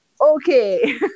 okay